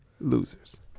losers